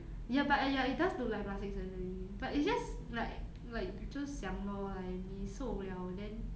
ya but ya it does look like plastic surgery but it's just like like 就想 lor like 你瘦 liao then